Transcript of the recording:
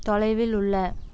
தொலைவில் உள்ள